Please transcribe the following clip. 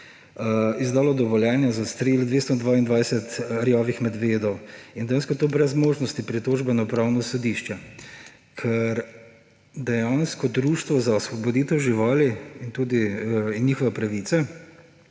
izdalo dovoljenje za odstrel 222 rjavih medvedov in dejansko to brez možnosti pritožbe na Upravno sodišče. Ker Društvo za osvoboditev živali, in to tudi je njihova pravica,